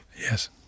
Yes